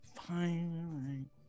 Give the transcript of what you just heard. fine